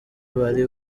bari